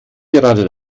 gerade